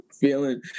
feeling